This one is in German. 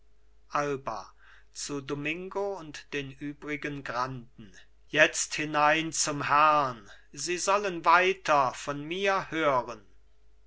alba zu domingo und den übrigen granden jetzt hinein zum herrn sie sollen weiter von mir hören